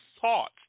thoughts